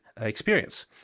experience